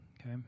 Okay